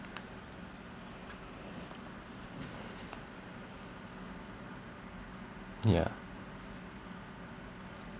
ya